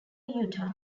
utah